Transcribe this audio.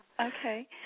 Okay